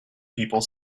people